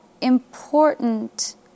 important